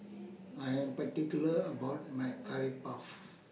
I Am particular about My Curry Puff